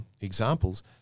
examples